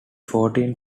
fourteen